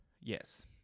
Yes